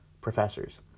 professors